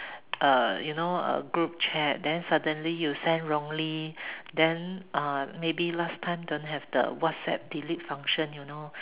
err you know a group chat then suddenly you send wrongly then uh maybe last time don't have the Whatsapp delete function you know